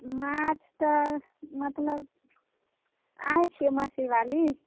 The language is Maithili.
माछ तऽ मतलब अहिँ छी मछली वाली